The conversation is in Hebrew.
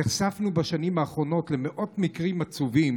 נחשפנו בשנים האחרונות למאות מקרים עצובים